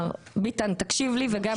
ביטן, תקשיב לי וגם קיש.